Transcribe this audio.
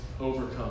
overcome